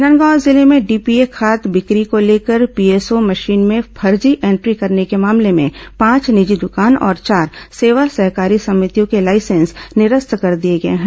राजनांदगांव जिले में डीएपी खाद बिक्री को लेकर पीएसओ मशीन में फर्जी एंट्री करने के मामले में पांच निजी दुकान और चार सेवा सहकारी सभितियों के लाइसेंस निरस्त कर दिए गए हैं